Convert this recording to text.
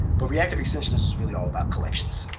but reactive extensions is really all about collections.